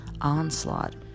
onslaught